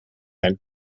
ein